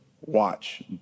watch